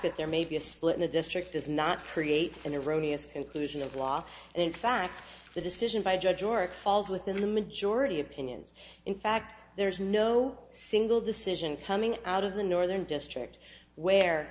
that there may be a split in the district does not create in the romeos conclusion of law and in fact the decision by judge or falls within the majority opinions in fact there is no single decision coming out of the northern district where